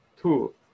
Two